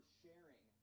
sharing